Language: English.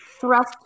thrust